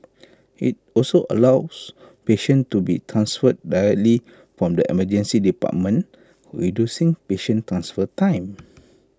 IT also allows patients to be transferred directly from the Emergency Department reducing patient transfer time